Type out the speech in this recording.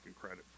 credit